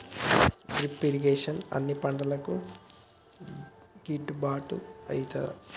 Drip irrigation అన్ని పంటలకు గిట్టుబాటు ఐతదా?